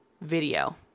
video